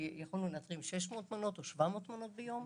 יכולנו להתרים כ-700 מנות ביום,